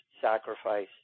sacrifice